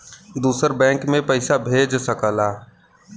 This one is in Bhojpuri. दूसर बैंक मे पइसा भेज सकला